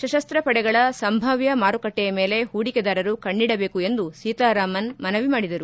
ಸಶಸ್ತ ಪಡೆಗಳ ಸಂಭಾವ್ದ ಮಾರುಕಟ್ಟೆಯ ಮೇಲೆ ಹೂಡಿಕೆದಾರರು ಕಣ್ಣಿಡಬೇಕು ಎಂದು ಸೀತಾರಾಮನ್ ಮನವಿ ಮಾಡಿದರು